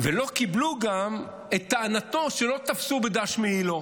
ולא קיבלו גם את טענתו שלא תפסו בדש מעילו.